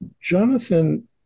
Jonathan